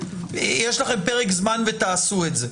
יש לכם פרק זמן לעשות את זה.